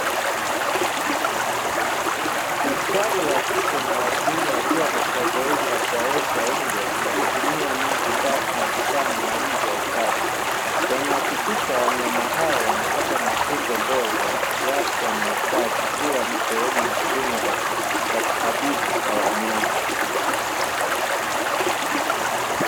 Daktari wa kike na wa kiume wakiwa katika zoezi la kuwaosha mbwa kwa kutumia maji safi na vifaa maalumu vya usafi. Wanahakikisha wanyama hao wanapata matunzo bora ya kiafya na usafi, ikiwa ni sehemu ya huduma za kitabibu kwa wanyama.